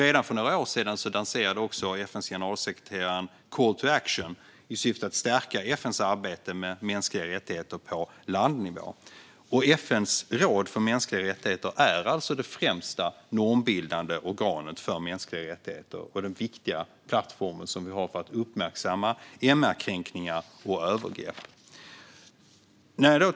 Redan för några år sedan lanserade FN:s generalsekreterare också en Call to Action i syfte att stärka FN:s arbete med mänskliga rättigheter på landnivå. FN:s råd för mänskliga rättigheter är alltså det främsta normbildande organet för mänskliga rättigheter och den viktiga plattform som vi har för att uppmärksamma MR-kränkningar och övergrepp.